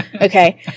Okay